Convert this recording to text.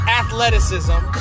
athleticism